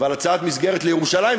ועל הצעת מסגרת לירושלים.